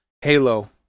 halo